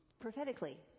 prophetically